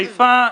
חיפה,